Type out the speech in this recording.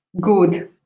good